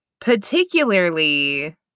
particularly